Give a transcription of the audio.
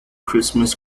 christmas